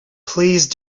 please